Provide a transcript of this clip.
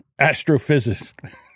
astrophysicist